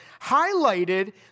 highlighted